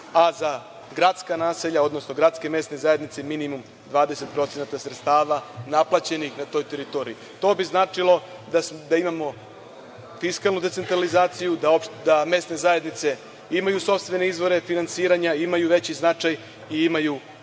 a za gradska naselja, odnosno gradske mesne zajednice imamo 20% sredstava naplaćenih na toj teritoriji. To bi značilo da imamo fiskalnu decentralizaciju, da mesne zajednice imaju sopstvene izvore finansiranja, imaju veći značaj i imaju